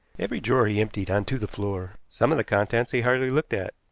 every drawer he emptied on to the floor. some of the contents he hardly looked at.